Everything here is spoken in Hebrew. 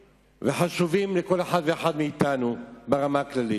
וחשובות לכל אחד ואחד מאתנו ברמה הכללית,